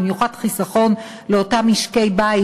במיוחד חיסכון לאותם משקי-בית